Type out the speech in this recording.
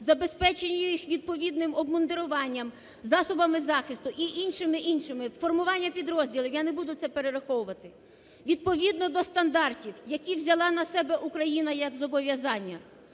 забезпечили їх відповідним обмундируванням, засобами захисту і іншим, іншим, формування підрозділів, я не буду це перераховувати. Відповідно до стандартів, які взяла на себе Україна як зобов'язання,